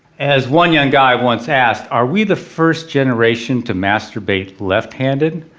as one young guy once asked are we the first generation to masturbate left handed?